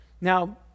Now